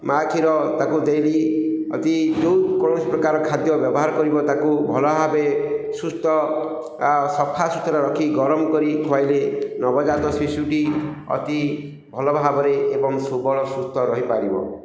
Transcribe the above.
ମା' କ୍ଷୀର ତାକୁ ଦେଇକି ଅତି ଯେଉଁ କୌଣସି ପ୍ରକାର ଖାଦ୍ୟ ବ୍ୟବହାର କରିବ ତାକୁ ଭଲ ଭାବେ ସୁସ୍ଥ ଆଉ ସଫାସୁତୁରା ରଖି ଗରମ କରି ଖାଇଲେ ନବଜାତ ଶିଶୁଟି ଅତି ଭଲ ଭାବରେ ଏବଂ ସୁବଳ ସୁସ୍ଥ ରହିପାରିବ